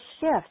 shift